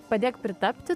padėk pritapti